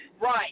right